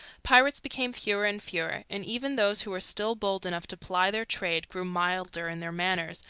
pirates became fewer and fewer, and even those who were still bold enough to ply their trade grew milder in their manners,